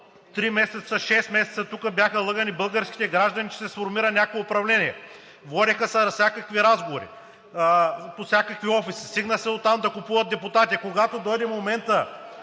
три месеца, шест месеца тук бяха лъгани българските граждани, че се сформира някакво управление! Водеха се всякакви разговори по всякакви офиси, стигна се дотам да купуват депутати. Когато дойде моментът